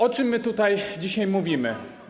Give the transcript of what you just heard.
O czym my tutaj dzisiaj mówimy?